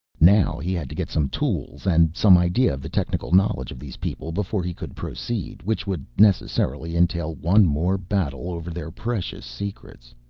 now he had to get some tools and some idea of the technical knowledge of these people before he could proceed, which would necessarily entail one more battle over their precious secrets.